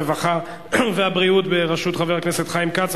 הרווחה והבריאות בראשות חבר הכנסת חיים כץ.